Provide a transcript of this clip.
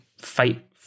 fight